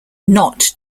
not